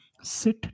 Sit